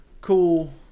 Cool